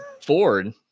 ford